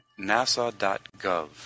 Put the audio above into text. NASA.gov